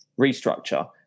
restructure